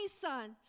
son